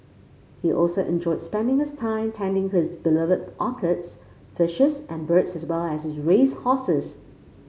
he also enjoyed spending his time tending to his beloved orchids fishes and birds as well as his race horses